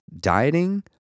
dieting